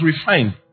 refined